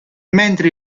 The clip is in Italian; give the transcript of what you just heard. mentre